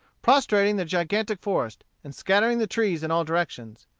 prostrating the gigantic forest, and scattering the trees in all directions.